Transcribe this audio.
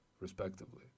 respectively